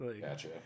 Gotcha